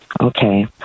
Okay